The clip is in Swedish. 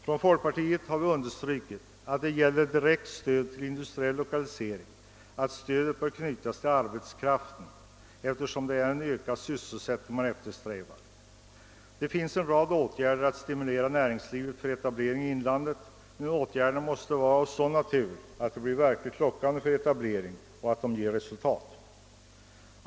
Från folkpartiet har vi understrukit att det gäller direkt stöd till industriell lokalisering och att stödet bör knytas till arbetskraften, eftersom det är ökad sysselsättning man eftersträvar. Det är en rad åtgärder som kan vidtas för att stimulera näringslivet till etablering i inlandet, men åtgärderna måste vara av sådan natur att de verkligen lockar till etablering och ger resultat.